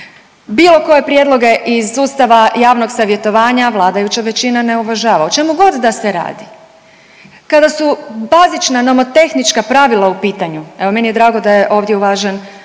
Bilo koje prijedloge iz sustava javnog savjetovanja vladajuća većina ne uvažava o čemu god da se radi. Kada su bazična nomotehnička pravila u pitanju, evo meni je drago da je ovdje uvažen